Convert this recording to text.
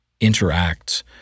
interact